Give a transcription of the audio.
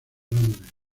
londres